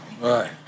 Right